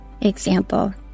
Example